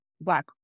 black